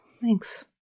Thanks